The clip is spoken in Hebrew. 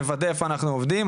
נוודא איפה אנחנו עובדים,